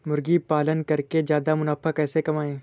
मुर्गी पालन करके ज्यादा मुनाफा कैसे कमाएँ?